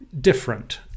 different